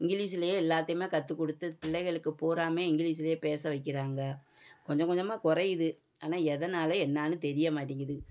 இங்கிலீஷ்லியே எல்லாத்தையுமே கற்றுக்குடுத்து பிள்ளைகளுக்கு பூராமே இங்கிலீஷ்லியே பேச வைக்கிறாங்க கொஞ்சம் கொஞ்சமாக குறையிது ஆனால் எதனால் என்னென்னு தெரியமாட்டேங்குது